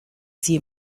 sie